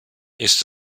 ist